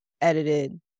edited